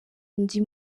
undi